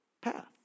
Path